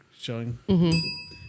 showing